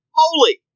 holy